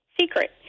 secret